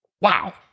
Wow